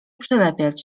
przylepiać